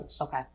Okay